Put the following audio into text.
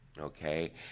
okay